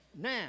now